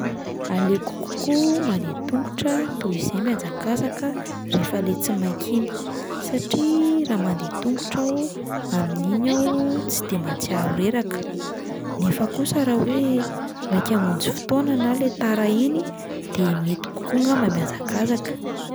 Aleoko kokoa mandeha tongotra toy izay mihazakazaka rehefa le tsy maika iny satria raha mandeha tongotra aho amin'iny aho tsy de mahatsiaro reraka, nefa kosa raha hoe maika hamonjy fotoana na le tara iny de mety kokoa angamba mihazakazaka.